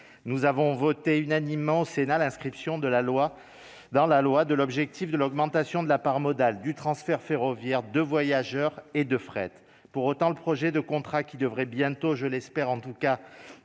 nous avons voté unanimement Sénat l'inscription de la loi dans la loi de l'objectif de l'augmentation de la part modale du transfert ferroviaire de voyageurs et de fret, pour autant, le projet de contrat qui devrait bientôt je l'espère en tout cas